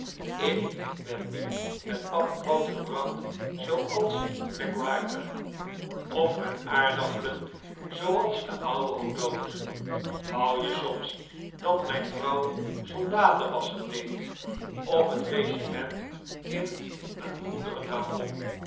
ik ben niet met pap groot gebracht zooals mac whirter of met aardappelen zooals de ouwe o'dowd wou je soms dat mijn vrouw soldatenwasschen deed of het regiment in een goederen wagon